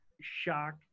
shock